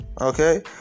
Okay